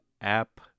app